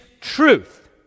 truth